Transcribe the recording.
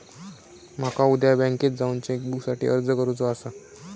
माका उद्या बँकेत जाऊन चेक बुकसाठी अर्ज करुचो आसा